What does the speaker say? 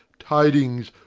tydings,